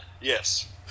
Yes